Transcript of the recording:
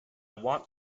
want